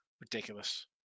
Ridiculous